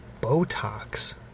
Botox